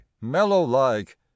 mellow-like